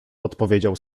odpowiedział